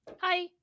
hi